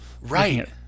right